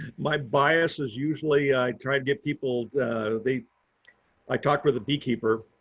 my bias is usually, i try to get people they i talked with a beekeeper.